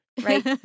right